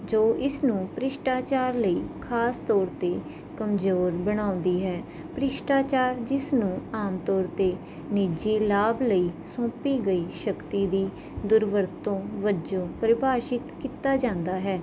ਜੋ ਇਸ ਨੂੰ ਭ੍ਰਿਸ਼ਟਾਚਾਰ ਲਈ ਖ਼ਾਸ ਤੌਰ 'ਤੇ ਕਮਜ਼ੋਰ ਬਣਾਉਂਦੀ ਹੈ ਭ੍ਰਿਸ਼ਟਾਚਾਰ ਜਿਸ ਨੂੰ ਆਮ ਤੌਰ 'ਤੇ ਨਿੱਜੀ ਲਾਭ ਲਈ ਸੌਂਪੀ ਗਈ ਸ਼ਕਤੀ ਦੀ ਦੁਰਵਰਤੋਂ ਵਜੋਂ ਪਰਿਭਾਸ਼ਿਤ ਕੀਤਾ ਜਾਂਦਾ ਹੈ